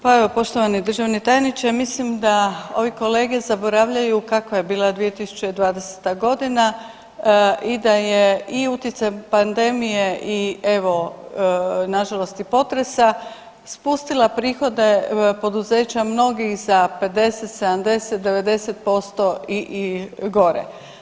Pa evo, poštovani državni tajniče, mislim da ovi kolege zaboravljaju kakva je bila 2020. g. i da je i utjecaj pandemije i evo, nažalost i potresa, spustila prihode poduzeća mnogih za 50, 70, 90% i gore.